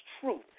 truth